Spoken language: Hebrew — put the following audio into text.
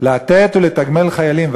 לתת ולתגמל חיילים,